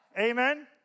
Amen